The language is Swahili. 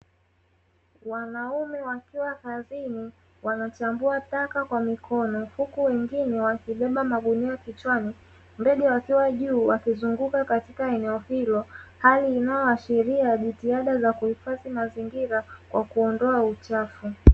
Wanaume wakiwa kazini wanachambua taka kwa mikono, huku wengine wakibeba magunia kichwani ndege wakiwa juu wakizunguka eneo hilo, hali inayoashiria jitihada za kuhifadhi mazingira kwa kuondoa uchafu.